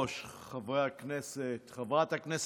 חברי הכנסת, חברת הכנסת גולן,